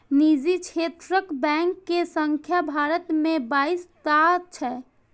निजी क्षेत्रक बैंक के संख्या भारत मे बाइस टा छै